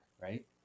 right